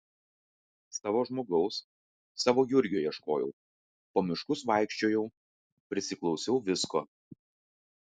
savo žmogaus savo jurgio ieškojau po miškus vaikščiojau prisiklausiau visko